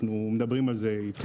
דבר אחרון,